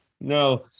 No